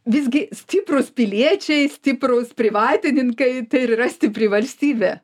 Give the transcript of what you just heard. visgi stiprūs piliečiai stiprūs privatininkai tai ir yra stipri valstybė